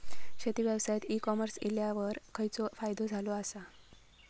शेती व्यवसायात e commerce इल्यावर खयचो फायदो झालो आसा?